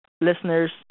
listeners